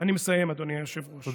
אני מסיים, אדוני היושב-ראש.